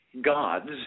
gods